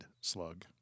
slug